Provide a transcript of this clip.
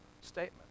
statement